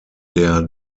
der